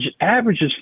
averages